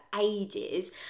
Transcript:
ages